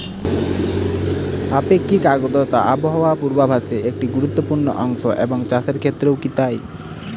আপেক্ষিক আর্দ্রতা আবহাওয়া পূর্বভাসে একটি গুরুত্বপূর্ণ অংশ এবং চাষের ক্ষেত্রেও কি তাই?